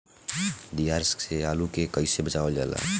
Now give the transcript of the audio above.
दियार से आलू के कइसे बचावल जाला?